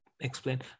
explain